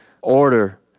order